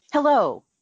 Hello